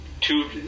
two